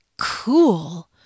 cool